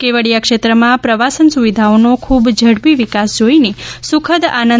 કેવડીયા ક્ષેત્રમાં પ્રવાસન સુવિધાઓનો ખૂબ ઝડપી વિકાસ જોઇને સુખદ આનંદ